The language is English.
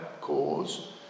cause